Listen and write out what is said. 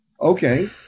Okay